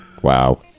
Wow